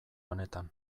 honetan